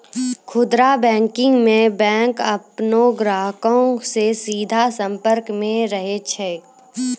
खुदरा बैंकिंग मे बैंक अपनो ग्राहको से सीधा संपर्क मे रहै छै